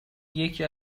یکی